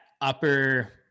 upper